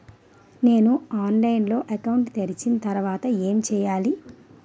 నేను ఆన్లైన్ లో అకౌంట్ తెరిచిన తర్వాత ఏం చేయాలి?